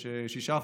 6%,